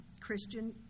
Christian